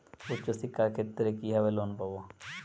উচ্চশিক্ষার ক্ষেত্রে কিভাবে লোন পাব?